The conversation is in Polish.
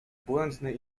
błędny